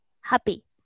Happy